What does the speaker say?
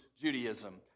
Judaism